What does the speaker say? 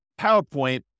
PowerPoint